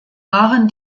waren